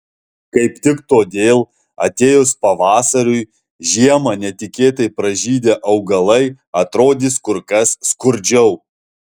kaip tik todėl atėjus pavasariui žiemą netikėtai pražydę augalai atrodys kur kas skurdžiau